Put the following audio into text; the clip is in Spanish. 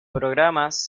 programas